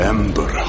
Ember